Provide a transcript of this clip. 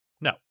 No